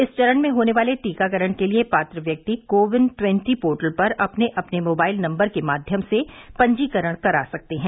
इस चरण में होने वाले टीकाकरण के लिए पात्र व्यक्ति को विन ट्वन्टी पोर्टल पर अपने अपने मोबाइल नम्बर के माध्यम से पंजीकरण करा सकते हैं